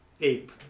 ape